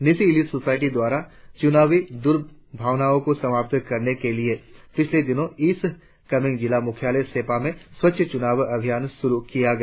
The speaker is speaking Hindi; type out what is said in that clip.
न्यीशी एलाईट सोसायटी द्वारा चुनावी दूरभावनाओं को समाप्त करने के लिए पिछले दिनो ईस्ट कामेंग जिला मुख्यालय सेप्पा में स्वच्छ चुनाव अभियान शुरु किया गया